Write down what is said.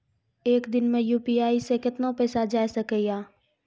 एक दिन मे यु.पी.आई से कितना पैसा जाय सके या?